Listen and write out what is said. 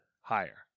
Higher